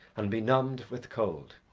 and benumbed with cold,